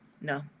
no